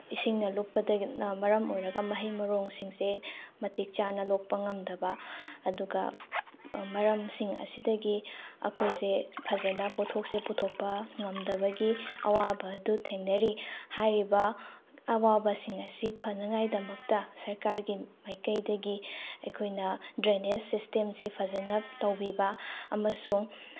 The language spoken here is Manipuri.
ꯏꯁꯤꯡꯅ ꯂꯨꯞꯄꯗꯒꯤꯅ ꯃꯔꯝ ꯑꯣꯏꯔꯒ ꯃꯍꯩ ꯃꯔꯣꯡꯁꯤꯡꯁꯦ ꯃꯇꯤꯛ ꯆꯥꯅ ꯂꯣꯛꯄ ꯉꯝꯗꯕ ꯑꯗꯨꯒ ꯃꯔꯝꯁꯤꯡ ꯑꯁꯤꯗꯒꯤ ꯑꯩꯈꯣꯏꯁꯦ ꯐꯖꯅ ꯄꯣꯊꯣꯛꯁꯦ ꯄꯨꯊꯣꯛꯄ ꯉꯝꯗꯕꯒꯤ ꯑꯋꯥꯕ ꯑꯗꯨ ꯊꯦꯡꯅꯔꯤ ꯍꯥꯏꯔꯤꯕ ꯑꯋꯥꯕꯁꯤꯡ ꯑꯁꯤ ꯐꯅꯉꯥꯏꯗꯃꯛꯇ ꯁꯔꯀꯥꯔꯒꯤ ꯃꯥꯏꯀꯩꯗꯒꯤ ꯑꯩꯈꯣꯏꯅ ꯗ꯭ꯔꯦꯅꯦꯁ ꯁꯤꯁꯇꯦꯝꯁꯤ ꯐꯖꯅ ꯇꯧꯕꯤꯕ ꯑꯃꯁꯨꯡ